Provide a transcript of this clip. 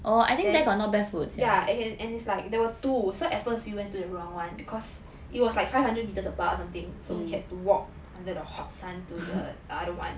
yeah it's like there were two so at first we went to the wrong one because it was like five hundred metres apart or something so we had to walk under the hot sun to the other one